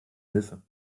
hilfe